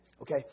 Okay